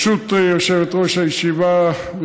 ברשות יושבת-ראש הישיבה,